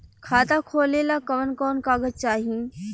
खाता खोलेला कवन कवन कागज चाहीं?